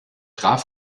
dozent